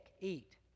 eat